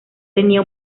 tenía